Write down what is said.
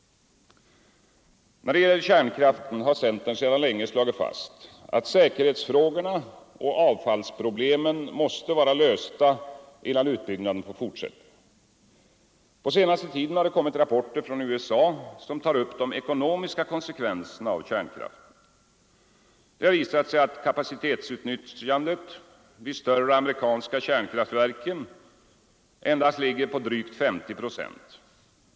När det gäller kärnkraften har centern sedan länge slagit fast att sä kerhetsfrågorna och avfallsproblemen måste vara lösta innan utbyggnaden får fortsätta. På senaste tiden har det inkommit rapporter från USA, som tar upp de ekonomiska konsekvenserna av kärnkraften. Det har visat sig att kapacitetsutnyttjandet vid de större amerikanska kärnkraftverken endast ligger på drygt 50 procent.